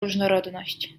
różnorodność